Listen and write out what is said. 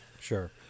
Sure